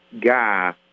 guy